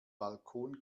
balkon